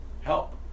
help